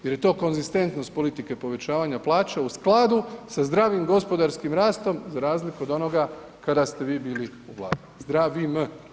Jer je to konzistentno s politike povećavanja plaća u skladu sa zdravim gospodarskim rastom za razliku do onoga kada ste vi bili u Vladi, zdravim.